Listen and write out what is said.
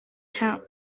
towns